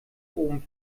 oben